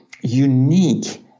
unique